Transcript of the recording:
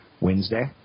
Wednesday